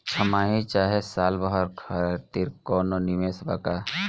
छमाही चाहे साल भर खातिर कौनों निवेश बा का?